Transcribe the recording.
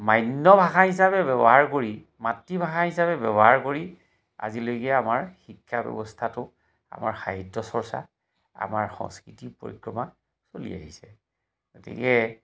মান্য ভাষা হিচাপে ব্যৱহাৰ কৰি মাতৃভাষা হিচাপে ব্যৱহাৰ কৰি আজিলৈকে আমাৰ শিক্ষা ব্যৱস্থাটো আমাৰ সাহিত্য চৰ্চা আমাৰ সংস্কৃতিৰ পৰিক্ৰমা চলি আহিছে গতিকে